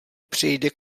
přijde